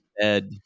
Ed